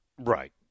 Right